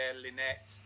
lynette